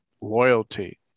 loyalty